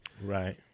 right